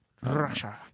Russia